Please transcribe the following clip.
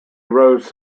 rose